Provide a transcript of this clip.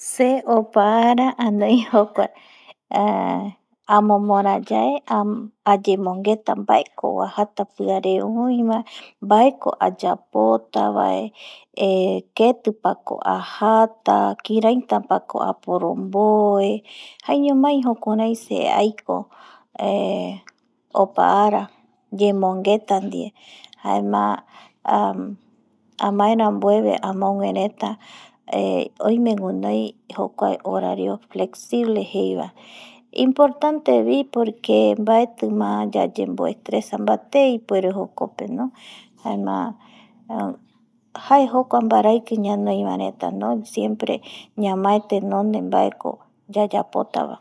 Se opaara anoi jokuae amomora yae ayembogueta baeko uajata piare oi ba. nbaeko ayapota bae eh ketipako ajata bae kioraitapako oporonbue. jaeñomai se jukirai aikoeh opaa ara yemongueta die jaema. amae ranbuebe amogue reta eh oime winoi jokuae horario flexible jeibae. inportante bi. nbaetima yayemo exptesa bate jokope no. jaema jae jokuae batraiki ñanoi ba reta siempre ñamae tenonde baeko yayapota vae.